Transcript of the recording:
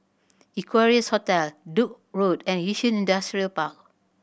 Equarius Hotel Duke Road and Yishun Industrial Park